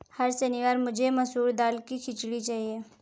हर शनिवार मुझे मसूर दाल की खिचड़ी चाहिए